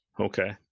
okay